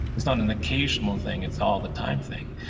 it's not an occasional thing, it's all the time thing.